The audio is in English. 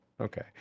okay